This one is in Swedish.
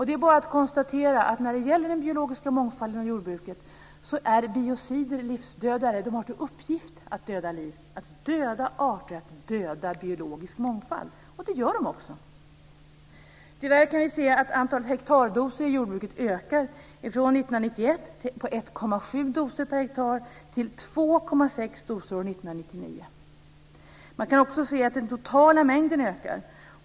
Det är bara att konstatera att när det gäller den biologiska mångfalden och jordbruket har biocider till uppgift att döda liv. De ska döda arter och döda biologisk mångfald. Det gör de också. Tyvärr kan vi se att antal hektardoser i jordbruket ökar. År 1991 var det 1,7 doser per hektar, och år 1999 var det 2,6 doser. Man kan också se att den totala mängden ökar.